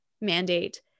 mandate